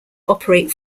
operate